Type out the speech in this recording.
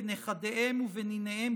בנכדיהם ובניניהם,